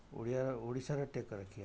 ଓଡ଼ିଆ ଓଡ଼ିଶାର ଟେକ ରଖିବା